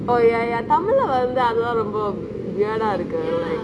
oh ya ya tamil லே வந்து அதெல்லா ரொம்ப:le vanthu athella rombe weird டா இருக்கு:da irukku like